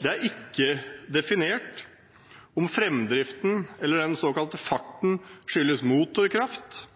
Det er ikke definert om framdriften eller den såkalte farten skyldes motorkraft,